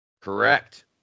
Correct